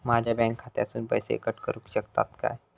माझ्या बँक खात्यासून पैसे कट करुक शकतात काय?